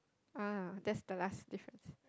ah that's the last difference